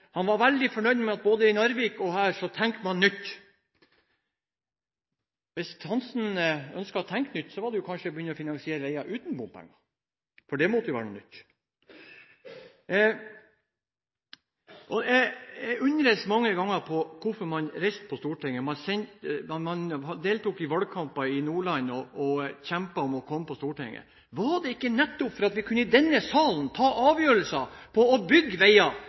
han var veldig fornøyd med at i både Narvik og her tenkte man nytt. Hvis Hansen ønsker å tenke nytt, kunne man kanskje begynne å finansiere veier uten bompenger, for det måtte jo være noe nytt. Jeg undres mange ganger på hvorfor man ville på Stortinget. Man deltok i valgkamper i Nordland og kjempet om å komme inn på Stortinget. Var det ikke nettopp for at man i denne salen kunne ta avgjørelser om å bygge veier,